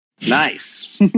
Nice